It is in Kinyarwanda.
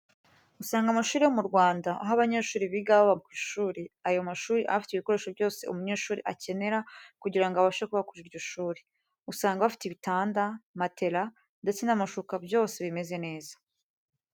Usanga amashuri yo mu Rwanda aho abanyeshuri biga baba ku ishuri, ayo mashuri aba afite ibikoresho byose umunyeshuri akenera kugira ngo abashe kuba kuri iryo shuri. Usanga bafite ibitanda, matera, ndetse n'amashuka byose bimeze neza.